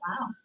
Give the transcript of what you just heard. wow